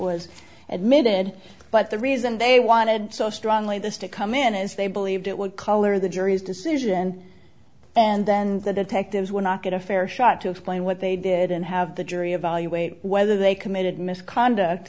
was admitted but the reason they wanted so strongly this to come in is they believed it would color the jury's decision and then the detectives will not get a fair shot to explain what they did and have the jury evaluate whether they committed misconduct